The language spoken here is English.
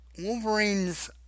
Wolverine's